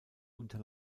unter